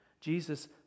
Jesus